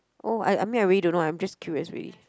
oh I I mean I really don't know I'm just curious really